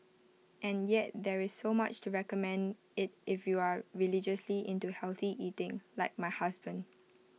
and yet there is so much to recommend IT if you are religiously into healthy eating like my husband